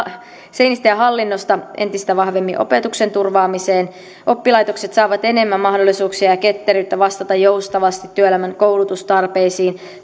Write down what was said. seinistä ja hallinnosta entistä vahvemmin opetuksen turvaamiseen oppilaitokset saavat enemmän mahdollisuuksia ja ketteryyttä vastata joustavasti työelämän koulutustarpeisiin